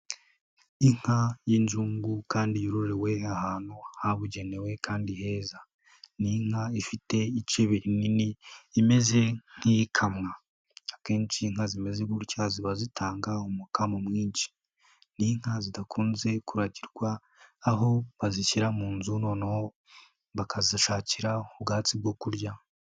Inka y'inzungu kandi yororewe ahantu habugenewe kandi heza. Ni inka ifite icee rinini imeze nk'ikamwa, akenshi inka zimeze gutya ziba zitanga umukamo mwinshi ni inka zidakunze kuragirwa aho bazishyira mu nzu noneho bakazishakira ubwatsi bwo kurya.